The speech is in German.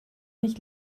nicht